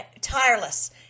tireless